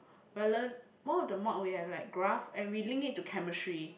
balance more of the mod we have like graph and we link it to chemistry